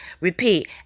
Repeat